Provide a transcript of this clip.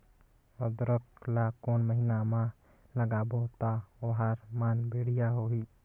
अदरक ला कोन महीना मा लगाबो ता ओहार मान बेडिया होही?